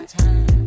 time